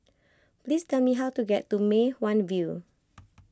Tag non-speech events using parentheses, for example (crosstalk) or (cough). please tell me how to get to Mei Hwan View (noise)